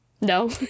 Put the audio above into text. No